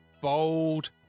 bold